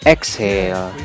Exhale